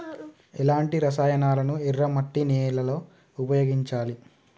ఎలాంటి రసాయనాలను ఎర్ర మట్టి నేల లో ఉపయోగించాలి?